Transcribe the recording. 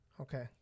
Okay